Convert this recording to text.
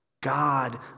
God